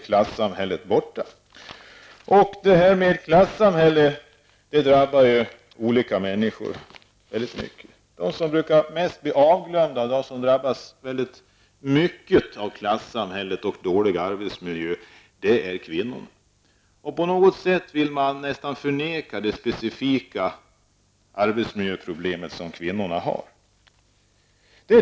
Klassamhället är inte borta. Klassamhället drabbar olika människor. De som drabbas hårt av klassamhället och dålig arbetsmiljö men som brukar bli bortglömda är kvinnorna. På något sätt vill man nästan förneka de specifika arbetsmiljöproblem som kvinnorna har.